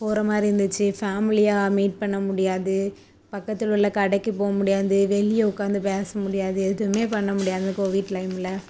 போகிற மாதிரி இருந்துச்சு ஃபேம்லியாக மீட் பண்ண முடியாது பக்கத்தில் உள்ள கடைக்கு போக முடியாது வெளியே உட்காந்து பேச முடியாது எதுவுமே பண்ண முடியாது அந்த கோவிட் டைமில்